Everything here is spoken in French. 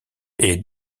est